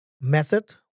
method